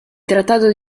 trattato